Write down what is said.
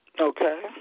Okay